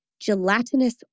gelatinous